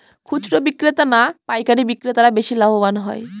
খুচরো বিক্রেতা না পাইকারী বিক্রেতারা বেশি লাভবান হয়?